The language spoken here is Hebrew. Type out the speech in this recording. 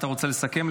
אתה רוצה לסכם,